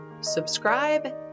subscribe